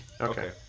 Okay